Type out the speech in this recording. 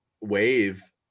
wave